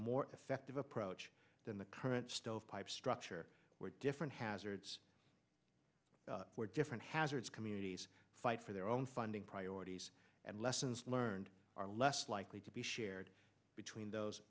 more effective approach than the current stovepipe structure where different hazards where different hazards communities fight for their own funding priorities and lessons learned are less likely to be shared between those